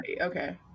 Okay